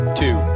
two